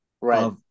right